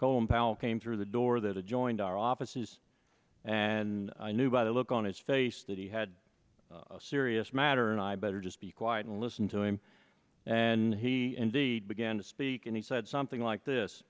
powell came through the door that adjoined our offices and i knew by the look on his face that he had a serious matter and i better just be quiet and listen to him and he indeed began to speak and he said something like this